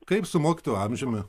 kaip su mokytojų amžiumi